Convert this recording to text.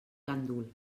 gandul